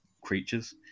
creatures